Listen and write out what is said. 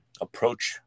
approach